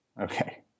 Okay